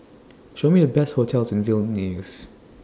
Show Me The Best hotels in Vilnius